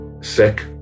sick